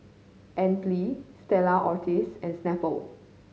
Anlene Stella Artois and Snapple